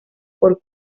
por